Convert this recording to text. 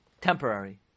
temporary